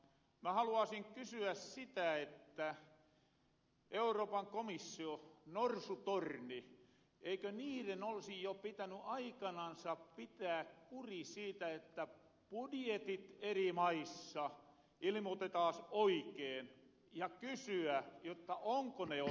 mä haluaasin kysyä sitä että eikö euroopan komission norsutornin olisi pitäny jo aikanansa pitää kuri siitä että budjetit eri maissa ilimotetaas oikeen ja kysyä jotta onko ne oikeen